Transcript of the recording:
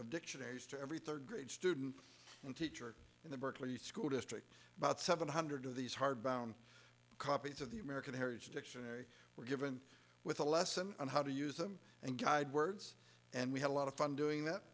of dictionaries to every third grade student and teacher in the berkeley school district about seven hundred of these hard bound copies of the american heritage dictionary were given with a lesson on how to use them and guide words and we had a lot of fun doing that